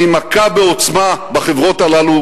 והיא מכה בעוצמה בחברות הללו,